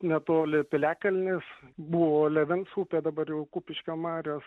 netoli piliakalnis buvo lėvens upė dabar jau kupiškio marios